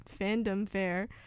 @FandomFair